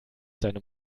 seine